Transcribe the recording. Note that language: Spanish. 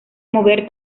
mover